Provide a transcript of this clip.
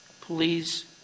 please